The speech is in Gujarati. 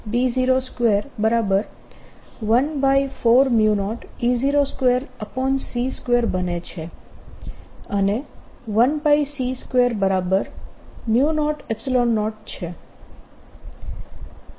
તેથી આ 140B02140E02c2 બને છે અને 1c200 છે